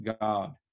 God